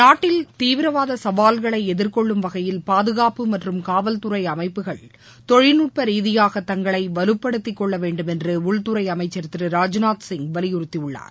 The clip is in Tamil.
நாட்டில் தீவிரவாத சவால்களை எதிர்கொள்ளும் வகையில் பாதுகாப்பு மற்றும் காவல்துறை அமைப்புகள் தொழில்நுட்ப ரீதியாக தங்களை வலுப்படுத்திக்கொள்ளவேண்டும் என்று உள்துறை அமைச்சர் திரு ராஜ்நாத் சிங் வலியுறுத்தியுள்ளார்